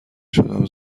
شدم